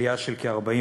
עלייה של כ-40%.